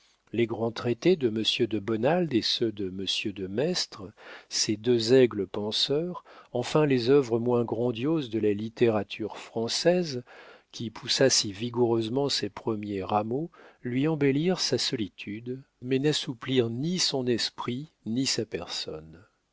les grands traités de monsieur de bonald et ceux de monsieur de maistre ces deux aigles penseurs enfin les œuvres moins grandioses de la littérature française qui poussa si vigoureusement ses premiers rameaux lui embellirent sa solitude mais n'assouplirent ni son esprit ni sa personne